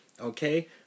okay